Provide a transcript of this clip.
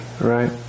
right